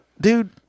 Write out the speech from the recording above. Dude